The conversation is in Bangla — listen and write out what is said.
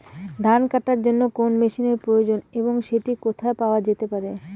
ধান কাটার জন্য কোন মেশিনের প্রয়োজন এবং সেটি কোথায় পাওয়া যেতে পারে?